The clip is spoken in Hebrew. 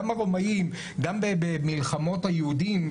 גם אצל הרומאים, גם במלחמות היהודים.